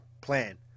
plan